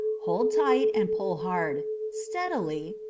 hold tight, and pull hard. steadily.